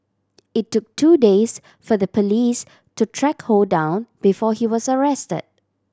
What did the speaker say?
it took two days for the police to track Ho down before he was arrested